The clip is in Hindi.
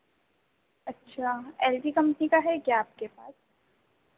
अच्छा एल जी कंपनी का है क्या आपके पास